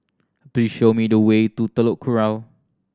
please show me the way to Telok Kurau